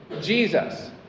Jesus